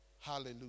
Hallelujah